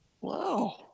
wow